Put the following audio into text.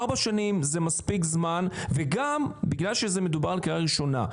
ארבע שנים זה מספיק זמן וגם בגלל שמדובר בקריאה ראשונה,